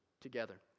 together